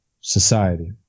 society